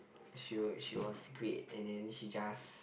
she were she was great and then she just